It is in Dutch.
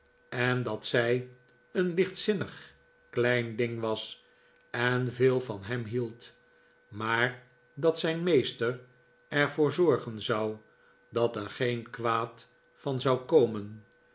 en dat zij een lichtzinnig klein ding was en veel van hem hield maar dat zijn meester er voor zorgen zou dat er geen kwaad van zou komen